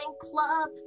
club